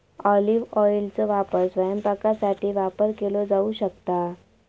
olive ऑइलचो वापर स्वयंपाकासाठी वापर केलो जाऊ शकता